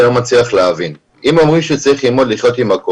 אחד עובד, אחד לא.